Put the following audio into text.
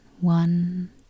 one